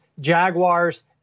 Jaguars